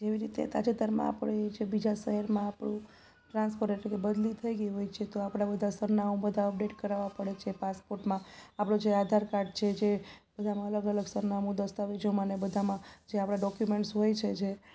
જેવી રીતે તાજેતરમાં આપણે જે બીજા સહેરમાં આપણું ટ્રાન્સફર એટલે કે બદલી થઈ ગઈ હોય છે તો આપણા બધા સરનામા બધા અપડેટ કરાવવા પડે છે પાસપોર્ટમાં આપણિ છે આધારકાર્ડ છે જે બધામાં અલગ અલગ સરનામું દસ્તાવેજોમાં ને બધામાં જે આપણા ડોક્યુમેન્ટ્સ હોય છે જે